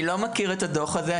אני לא מכיר את הדוח הזה.